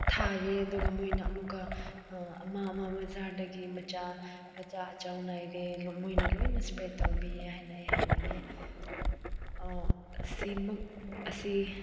ꯊꯥꯏꯌꯦ ꯑꯗꯨꯒ ꯃꯣꯏꯅ ꯑꯃꯨꯛꯀ ꯑꯃ ꯑꯃ ꯕꯖꯥꯔꯗꯒꯤ ꯃꯆꯥ ꯃꯆꯥ ꯑꯆꯧ ꯅꯥꯏꯗꯦ ꯃꯣꯏꯅ ꯂꯣꯏꯅ ꯏꯁꯄ꯭ꯔꯦꯠ ꯇꯧꯕꯤꯌꯦ ꯍꯥꯏꯅ ꯑꯩ ꯍꯥꯏꯅꯤꯡꯉꯦ ꯁꯤꯃꯛ ꯑꯁꯤ